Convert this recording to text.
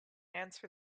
answer